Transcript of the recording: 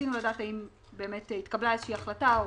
רצינו לדעת האם התקבלה איזושהי החלטה?